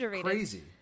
crazy